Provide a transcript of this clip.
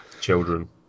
Children